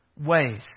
ways